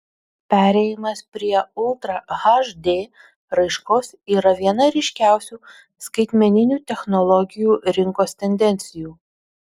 perėjimas prie ultra hd raiškos yra viena ryškiausių skaitmeninių technologijų rinkos tendencijų